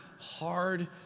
hard